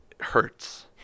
hurts